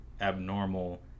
abnormal